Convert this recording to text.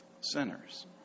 sinners